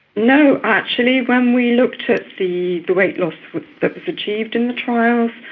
no actually, when we looked at the the weight loss that was achieved in the trial,